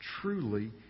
truly